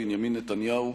בנימין נתניהו,